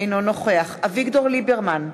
אינו נוכח אביגדור ליברמן,